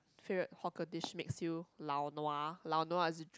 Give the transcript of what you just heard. favourite hawker dish makes you lau nua lau nua is